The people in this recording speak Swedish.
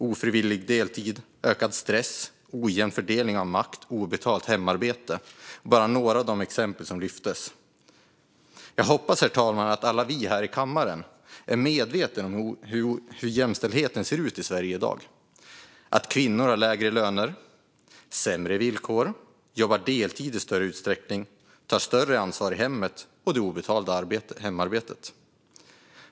Ofrivillig deltid, ökad stress, ojämn fördelning av makt och obetalt hemarbete var bara några av de exempel som lyftes. Jag hoppas, herr talman, att alla vi här i kammaren är medvetna om hur jämställdheten ser ut i Sverige i dag - att kvinnor har lägre löner och sämre villkor, jobbar deltid större utsträckning och tar större ansvar i hemmet och i det obetalda hemarbetet.